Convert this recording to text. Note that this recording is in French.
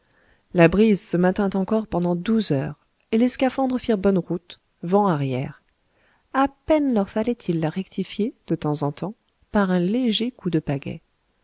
la brise se maintint encore pendant douze heures et les scaphandres firent bonne route vent arrière a peine leur fallait-il la rectifier de temps en temps par un léger coup de pagaie